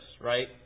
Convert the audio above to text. right